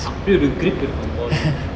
அப்டே:apde grip இருக்கும்:irukkum ball leh